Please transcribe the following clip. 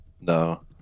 No